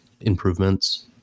improvements